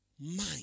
mind